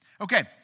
Okay